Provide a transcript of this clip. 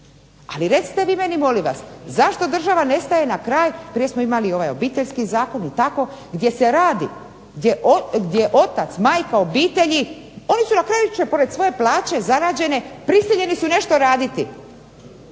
Ali recite vi meni molim vas, zašto država ne staje na kraj. Prije smo imali ovaj Obiteljski zakon i tako gdje se radi, gdje otac, majka, obitelji, oni na kraju pored svoje plaće zarađene prisiljeni su nešto raditi